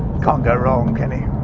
can't go wrong, can